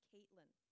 Caitlin